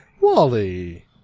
Wally